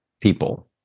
people